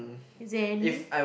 is there any